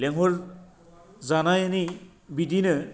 लेंहर जानानै बिदिनो